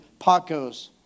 Pacos